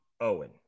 owen